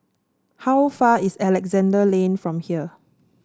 how far is Alexandra Lane from here